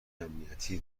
امنیتی